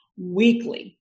weekly